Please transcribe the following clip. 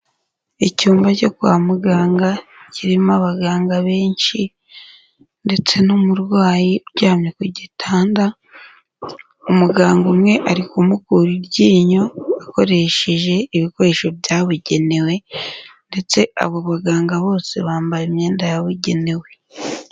Icyumba cyo kwa muganga kirimo abaganga benshi ndetse n'umurwayi uryamye ku gitanda, umuganga umwe ari kumukura iryinyo akoresheje ibikoresho byabugenewe, ndetse abo baganga bose bambaye imyenda yabugenewe.